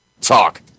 talk